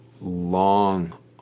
long